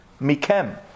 mikem